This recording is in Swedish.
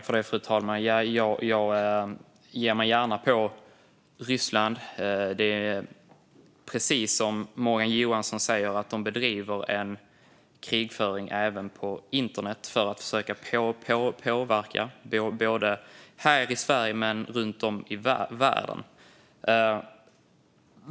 Fru talman! Jag ger mig gärna på Ryssland. Det är precis som Morgan Johansson säger - de bedriver krigföring även på internet för att försöka påverka både här i Sverige och runt om i världen.